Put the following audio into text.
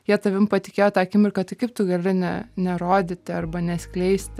jie tavim patikėjo tą akimirką tai kaip tu gali ne nerodyti arba neskleisti